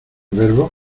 verbos